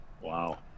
Wow